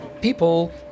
People